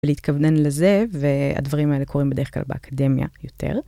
להתכוונן לזה, והדברים האלה קורים בדרך כלל באקדמיה יותר.